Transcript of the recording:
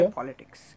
politics